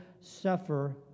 suffer